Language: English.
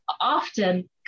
often